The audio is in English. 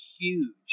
huge